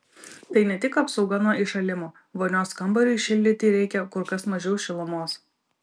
tai ne tik apsauga nuo įšalimo vonios kambariui šildyti reikia kur kas mažiau šilumos